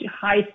high